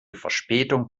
verspätung